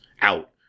out